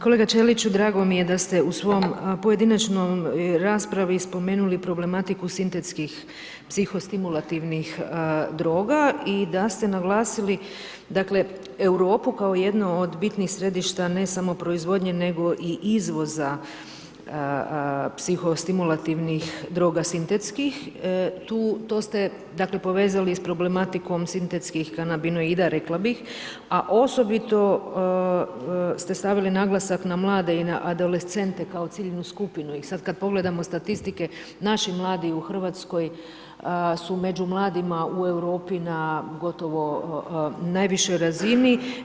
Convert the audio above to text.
Kolega Ćeliću, drago mi je da ste u svom pojedinačnoj raspravi spomenuli problematiku sintetskih psihostimulativnih droga i da ste naglasili, dakle, Europu kao jednu od bitnih središta, ne samo proizvodnje, nego i izvoza psihostimulativnih droga sintetskih, tu, to ste, dakle, povezali s problematikom sintetskih kanabinoida rekla bih, a osobito ste stavili naglasak na mlade i na adolescente kao ciljnu skupinu i sad kad pogledamo statistike, naši mladi u RH su među mladima u Europi na gotovo najvišoj razini.